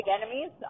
enemies